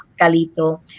Calito